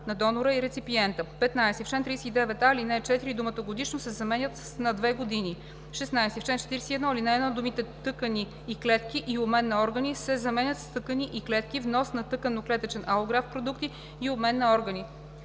на донора и реципиента. 15. В чл. 39а, ал. 4 думата „годишно“ се заменя с „на две години“. 16. В чл. 41, ал. 1 думите „тъкани и клетки и обмен на органи“ се заменят с „тъкани и клетки, внос на тъканно-клетъчен алографт продукт и обмен на органи“.